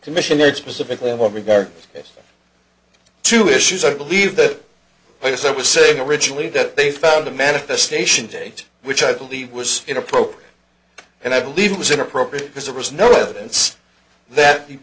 commissioner specifically for me there are two issues i believe that but as i was saying originally that they found a manifestation date which i believe was inappropriate and i believe it was inappropriate because there was no evidence that you